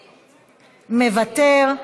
מוותר.